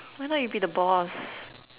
why not you be the boss